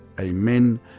Amen